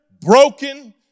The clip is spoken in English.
broken